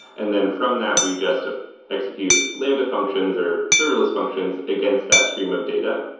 and then from that we just ah execute lambda functions or serverless functions against that stream of data.